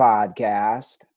Podcast